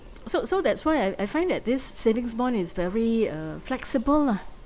so so that's why I I find that this savings bond is very uh flexible lah